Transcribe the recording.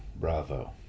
bravo